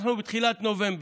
אנחנו בתחילת נובמבר.